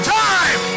time